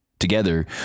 Together